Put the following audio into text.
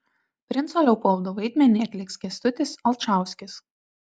princo leopoldo vaidmenį atliks kęstutis alčauskis